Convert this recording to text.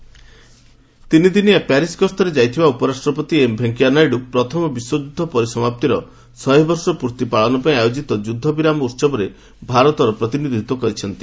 ଭାଇସ୍ପ୍ରେକ୍ ତିନିଦିନିଆ ପ୍ୟାରିସ୍ ଗସ୍ତରେ ଯାଇଥିବା ଉପରାଷ୍ଟ୍ରପତି ଏମ୍ ଭେଙ୍କିୟାନାଇଡୁ ପ୍ରଥମ ବିଶ୍ୱଯୁଦ୍ଧ ପରିସମାପ୍ତିର ଶହେବର୍ଷ ପୂର୍ତ୍ତି ପାଳନ ପାଇଁ ଆୟୋଜିତ ଯୁଦ୍ଧ ବିରାମ ଉସବରେ ଭାରତର ପ୍ରତିନିଧିତ୍ୱ କରିଛନ୍ତି